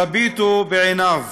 תביטו בעיניו,